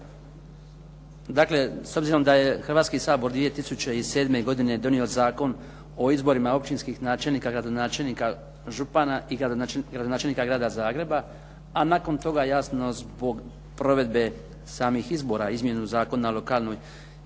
Dakle, s obzirom da je Hrvatski sabor 2007. godine donio Zakon o izborima općinskih načelnika, gradonačelnika, župana i gradonačelnika Grada Zagreba, a nakon toga jasno zbot provedbe samih izbora izmjenu Zakona o lokalnoj i